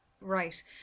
Right